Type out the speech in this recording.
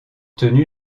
tenu